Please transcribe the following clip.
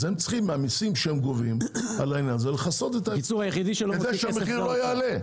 ומהמסים שהם גובים הם צריכים לכסות את הייצור כדי שהמחיר לא יעלה.